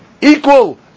equal